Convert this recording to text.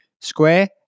square